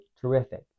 terrific